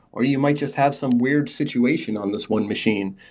or you might just have some weird situation on this one machine.